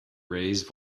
raised